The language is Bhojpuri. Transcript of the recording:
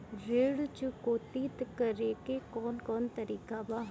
ऋण चुकौती करेके कौन कोन तरीका बा?